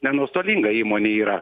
ne nuostolinga įmonė yra